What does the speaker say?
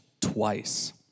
twice